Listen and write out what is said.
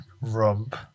Rump